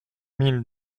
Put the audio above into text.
mille